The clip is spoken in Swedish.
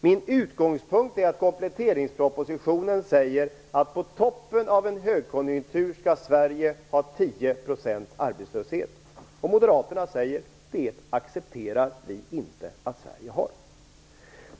Min utgångspunkt är att kompletteringspropositionen säger att på toppen av en högkonjunktur skall Sverige ha 10 % arbetslöshet, och moderaterna säger: Det accepterar vi inte att Sverige har.